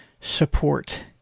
support